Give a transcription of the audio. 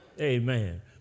amen